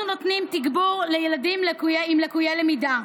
אנחנו נותנים תגבור לילדים עם ליקויי למידה.